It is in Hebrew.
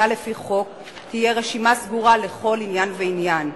לפי חוק" תהיה רשימה סגורה לכל עניין ועניין,